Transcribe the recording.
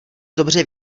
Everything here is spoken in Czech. dobře